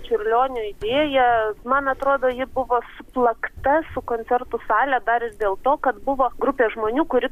čiurlionio idėja man atrodo ji buvo suplakta su koncertų sale dar ir dėl to kad buvo grupė žmonių kuri